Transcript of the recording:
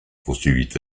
poursuivit